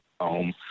home